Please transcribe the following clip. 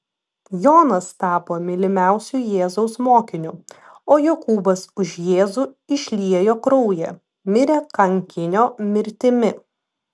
jonas tapo mylimiausiu jėzaus mokiniu o jokūbas už jėzų išliejo kraują mirė kankinio mirtimi